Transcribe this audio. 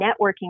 networking